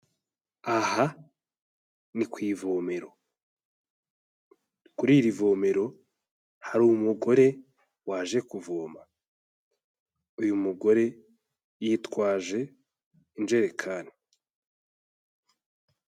Aha ni ku ivomero. Kuri iri vomero hari umugore waje kuvoma. Uyu mugore yitwaje injerekani.